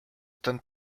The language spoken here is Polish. ten